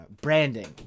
branding